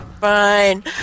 Fine